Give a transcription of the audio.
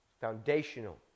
Foundational